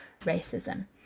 racism